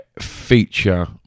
feature